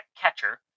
catcher